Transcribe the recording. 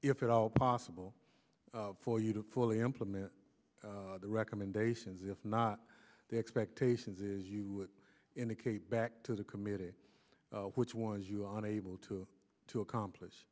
if at all possible for you to fully implement the recommendations if not the expectations is you would indicate back to the committee which ones you are unable to to accomplish